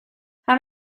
how